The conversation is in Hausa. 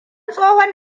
tsohon